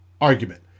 argument